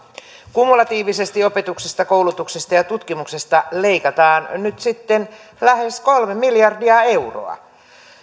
kumulatiivisesti opetuksesta koulutuksesta ja ja tutkimuksesta leikataan nyt sitten lähes kolme miljardia euroa